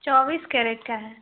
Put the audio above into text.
चौबीस कैरेट का है